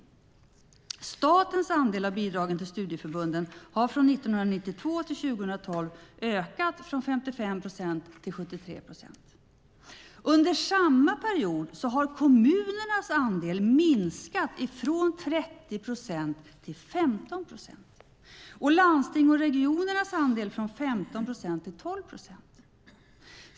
Statens andel av bidragen till studieförbunden har från 1992 till 2012 ökat från 55 procent till 73 procent. Under samma period har kommunernas andel minskat från 30 procent till 15 procent, och landstingens och regionernas andel har minskat från 15 procent till 12 procent.